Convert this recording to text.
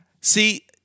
See